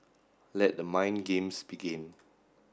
let the mind games begin